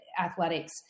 athletics